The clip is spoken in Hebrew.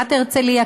שבעיריית הרצליה,